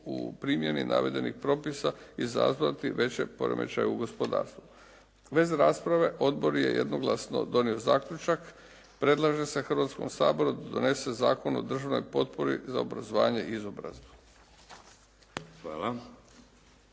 u primjeni navedenih propisa izazvati veće poremećaje u gospodarstvu. Bez rasprave odbor je jednoglasno donio zaključak. Predlaže se Hrvatskom saboru da donese Zakon o državnoj potpori za obrazovanje i izobrazbu.